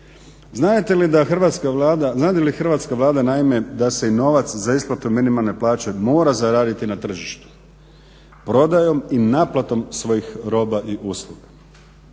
Znade li hrvatska Vlada naime da se i novac za isplatu minimalne plaće mora zaraditi na tržištu prodajom i naplatom svojih roba i usluga.